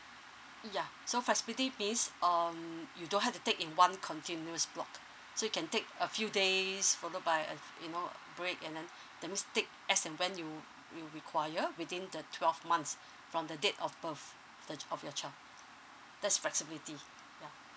yeah so flexibility means um you don't have to take in one continuous block so you can take a few days followed by uh you know break and then that means take as and when you you require within the twelve months from the date of birth of the ch~ of your child that's flexibility ya